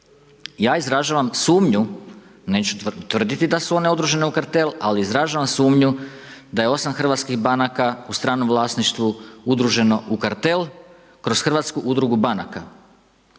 Ja izražavam sumnju, neću tvrditi da su one utvrđene u kartel ali izražavam sumnju da je 8 hrvatskih banaka u stranom vlasništvu udruženo u kartel kroz hrvatsku udrugu banaka.